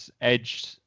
edged